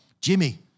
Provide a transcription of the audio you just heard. Jimmy